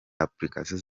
applications